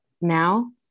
now